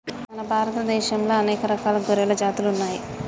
మన భారత దేశంలా అనేక రకాల గొర్రెల జాతులు ఉన్నయ్యి